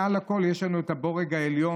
מעל הכול יש לנו את הבורג העליון,